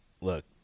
look